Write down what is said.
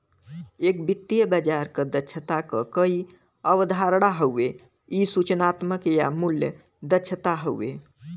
एक वित्तीय बाजार क दक्षता क कई अवधारणा हउवे इ सूचनात्मक या मूल्य दक्षता हउवे